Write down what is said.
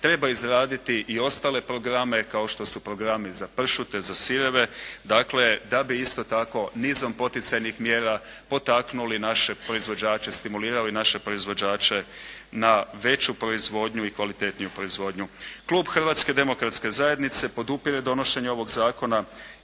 treba izraditi i ostale programe, kao što su programi za pršute, za sireve, dakle da bi isto tako nizom poticajnih mjera potaknuli naše proizvođače, stimulirali naše proizvođače na veću proizvodnju i kvalitetniju proizvodnju. Klub Hrvatske demokratske zajednice podupire donošenje ovog zakona